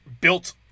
Built